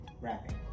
rapping